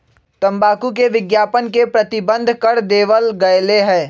तंबाकू के विज्ञापन के प्रतिबंध कर देवल गयले है